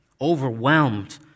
overwhelmed